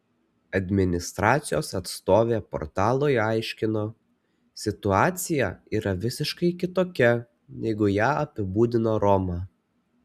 administracijos atstovė portalui aiškino situacija yra visiškai kitokia negu ją apibūdina roma